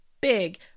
big